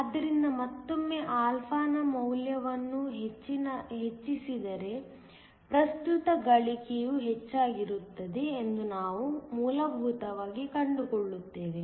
ಆದ್ದರಿಂದ ಮತ್ತೊಮ್ಮೆ α ನ ಮೌಲ್ಯವನ್ನು ಹೆಚ್ಚಿಸಿದರೆ ಪ್ರಸ್ತುತ ಗಳಿಕೆಯು ಹೆಚ್ಚಾಗಿರುತ್ತದೆ ಎಂದು ನಾವು ಮೂಲಭೂತವಾಗಿ ಕಂಡುಕೊಳ್ಳುತ್ತೇವೆ